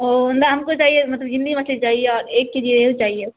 اوہ اندر ہم کو چاہیے مطلب زندہ مچھلی چاہیے اور ایک کے جی روہو چاہیے